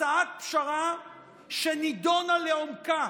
הצעת פשרה שנדונה לעומקה,